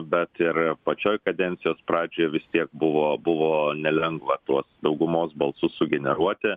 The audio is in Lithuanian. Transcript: bet ir pačioj kadencijos pradžioje vis tiek buvo buvo nelengva tuos daugumos balsus sugeneruoti